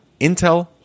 intel